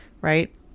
right